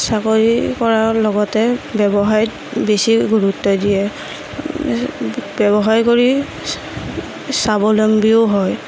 চাকৰি কৰাৰ লগতে ব্যৱসায়ত বেছি গুৰুত্ব দিয়ে ব্যৱসায় কৰি স্বাৱলম্বীও হয়